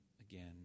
again